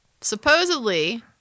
Supposedly